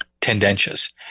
tendentious